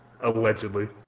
Allegedly